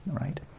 right